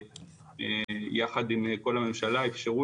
יחד עם כל הממשלה,